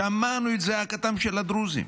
שמענו את זעקתם של הדרוזים.